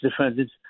defendants